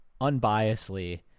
unbiasedly